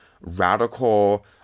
radical